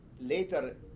later